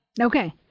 Okay